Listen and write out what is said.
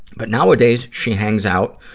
but, nowadays, she hangs out,